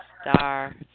star